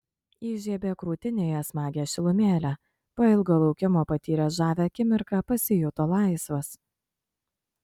įžiebė krūtinėje smagią šilumėlę po ilgo laukimo patyręs žavią akimirką pasijuto laisvas